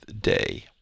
day